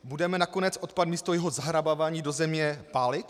Budeme nakonec odpad místo jeho zahrabávání do země pálit?